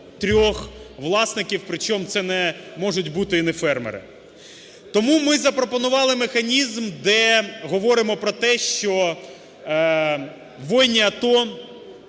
Тому ми запропонували механізм, де говоримо про те, що воїни АТО,